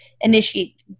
initiate